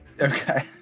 Okay